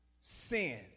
sin